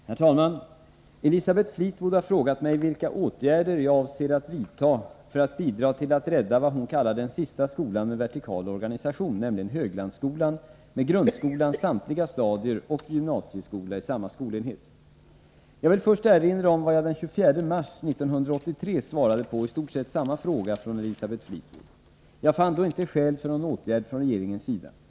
Herr'talman! Elisabeth Fleetwood har frågat mig vilka åtgärder jag avser att vidta för att bidra till att rädda vad hon kallar den sista skolan med vertikal organisation, nämligen Höglandsskolan, med grundskolans samtliga stadier och gymnasieskola i samma skolenhet. Jag vill först erinra om vad jag den 24 mars 1983 svarade på i stort sett samma fråga från Elisabeth Fleetwood. Jag fann då inte skäl för någon åtgärd från regeringens sida.